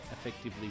effectively